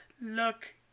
look